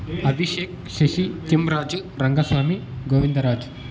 Abhishek Shashi Kempraju Rangaswamy Govinda Raju